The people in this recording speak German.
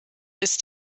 ist